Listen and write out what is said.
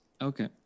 Okay